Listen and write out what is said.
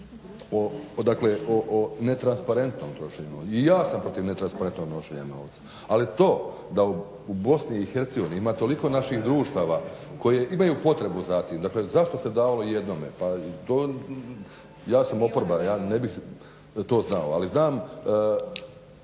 o netransparentnom trošenju novca. I ja sam protiv netransparentnom trošenja novca, ali to da u Bosni i Hercegovini ima toliko naših društva koje imaju potrebu za tim. Dakle, zašto se davalo ijednome? Pa to, ja sam oporba ja ne bi to znao, ali znam